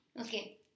Okay